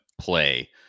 play